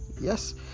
Yes